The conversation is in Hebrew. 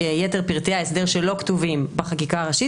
יתר פרטי ההסדר שלא כתובים בחקיקה הראשית,